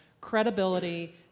credibility